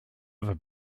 ever